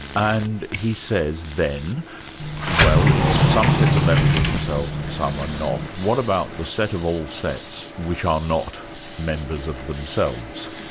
and he says then well if some sets are members of themselves and some are not, what about the set of all sets, which are not members of themselves.